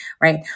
right